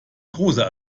großer